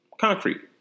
concrete